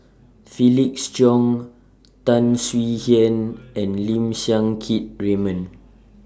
Felix Cheong Tan Swie Hian and Lim Siang Keat Raymond